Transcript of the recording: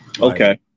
Okay